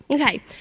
Okay